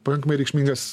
pakankamai reikšmingas